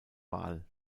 wahl